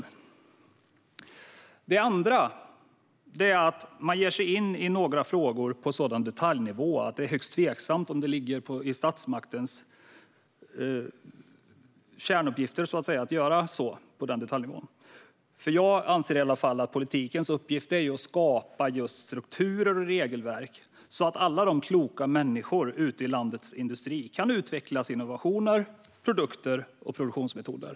För det andra ger man sig in i några frågor på en sådan detaljnivå att det är högst tveksamt om det ligger i statsmaktens kärnuppgifter att göra så. Jag anser för min del att politikens uppgift är att skapa strukturer och regelverk så att alla de kloka människorna ute i landets industrier kan utveckla sina innovationer, produkter och produktionsmetoder.